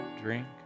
drink